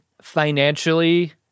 financially